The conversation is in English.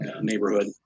neighborhood